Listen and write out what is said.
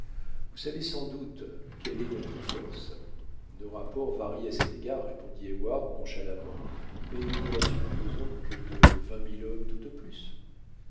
vous savez sans doute quelle est notre force nos rapports varient à cet égard répondit heyward nonchalamment mais nous ne la supposons que de vingt mille hommes tout au plus